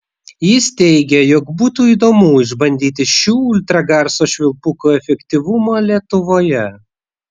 jis teigė jog būtų įdomu išbandyti šių ultragarso švilpukų efektyvumą lietuvoje